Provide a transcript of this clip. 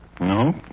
No